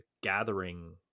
gathering